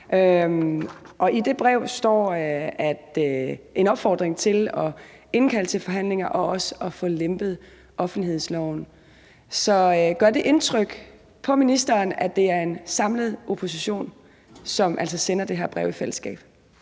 i det brev står en opfordring til at indkalde til forhandlinger og også at få lempet offentlighedsloven. Så gør det indtryk på ministeren, at det altså er en samlet opposition, som sender det her brev i fællesskab?